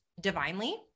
divinely